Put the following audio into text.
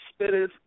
spitters